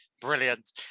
brilliant